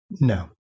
No